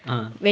ah